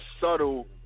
Subtle